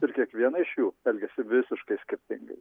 ir kiekviena iš jų elgiasi visiškai skirtingai